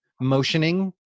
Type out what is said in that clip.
motioning